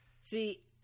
See